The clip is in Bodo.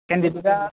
केन्दिडेटआ